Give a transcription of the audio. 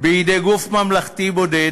בידי גוף ממלכתי בודד,